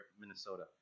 Minnesota